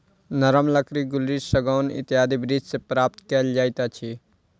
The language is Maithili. नरम लकड़ी गुल्लरि, सागौन इत्यादि वृक्ष सॅ प्राप्त कयल जाइत अछि